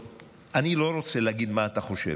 אני לא רוצה להגיד מה אתה חושב,